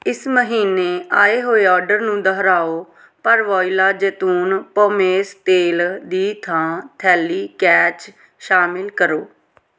ਇਸ ਮਹੀਨੇ ਆਏ ਹੋਏ ਆਰਡਰ ਨੂੰ ਦੁਹਰਾਓ ਪਰ ਵੋਇਲਾ ਜੈਤੂਨ ਪੋਮੇਸ ਤੇਲ ਦੀ ਥਾਂ ਥੈਲੀ ਕੈਚ ਸ਼ਾਮਲ ਕਰੋ